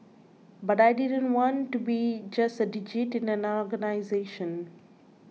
but I didn't want to be just a digit in an organisation